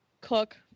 cook